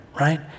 right